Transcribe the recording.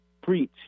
preach